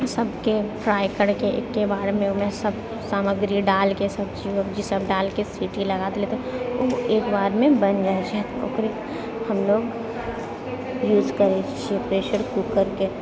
ई सबके फ्राइ करिके एके बारमे ओहिमे सब सामग्री डालिकऽ सब्जी उब्जी सब डालिकऽ सीटी लगा देलिए तऽ ओ एके बारमे बनि जाइ छै ओकरे हमलोक यूज करै छिए प्रेशर कुकरके